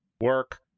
work